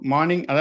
Morning